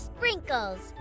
Sprinkles